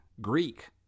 greek